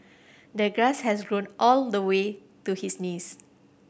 the grass has grown all the way to his knees